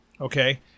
Okay